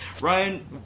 Ryan